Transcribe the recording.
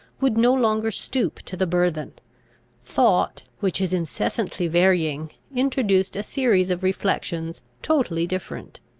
would no longer stoop to the burthen thought, which is incessantly varying, introduced a series of reflections totally different.